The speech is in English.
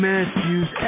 Matthews